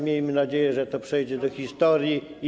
Miejmy nadzieję, że to przejdzie do historii.